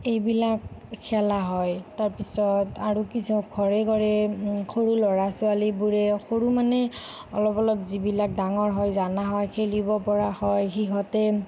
এইবিলাক খেলা হয় তাৰপিছত আৰু কিছু ঘৰে ঘৰে সৰু ল'ৰা ছোৱালীবোৰে সৰু মানে অলপ অলপ যিবিলাক ডাঙৰ হয় জানা হয় খেলিব পৰা হয় সিহঁতে